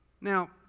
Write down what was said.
Now